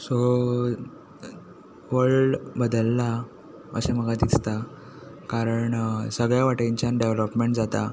so world बदललां अशें म्हाका दिसता कारण सगल्या वटेनच्यान डेवलोपमेंट जाता